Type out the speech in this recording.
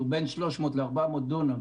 שהוא בין 300 ל-400 דונם,